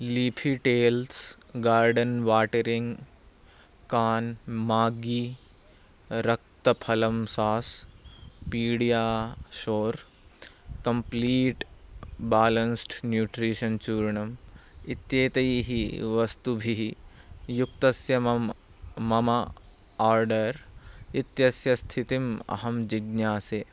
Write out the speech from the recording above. leafy tales garden watering can Maggi रक्तफलम् sauce PediaSure complete balanced nutrition चूर्णम् इत्येतैः वस्तुभिः युक्तस्य मम मम आर्डर् इत्यस्य स्थितिम् अहं जिज्ञासे